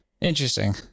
interesting